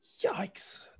Yikes